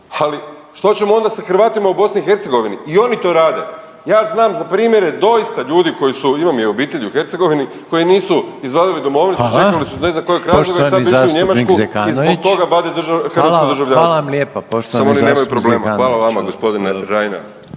Ali što ćemo onda sa Hrvatima u BiH? I oni to rade. Ja znam za primjere doista ljudi koji su, imam i u obitelji u Hercegovini, koji nisu izvadili domovnicu…/Upadica: Hvala/… čekali su ne znam iz kojeg razloga, a sad bi išli u Njemačku i zbog toga vade hrvatsko državljanstvo…/Hvala, hvala vam lijepa/…